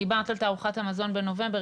דיברת על תערוכת המזון בנובמבר,